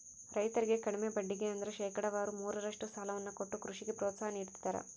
ರೈತರಿಗೆ ಕಡಿಮೆ ಬಡ್ಡಿಗೆ ಅಂದ್ರ ಶೇಕಡಾವಾರು ಮೂರರಷ್ಟು ಸಾಲವನ್ನ ಕೊಟ್ಟು ಕೃಷಿಗೆ ಪ್ರೋತ್ಸಾಹ ನೀಡ್ತದರ